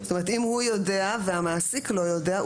אם הוא יודע המעסיק לא יודע,